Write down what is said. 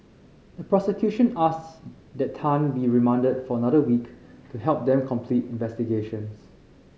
the prosecution asked that Tan be remanded for another week to help them complete investigations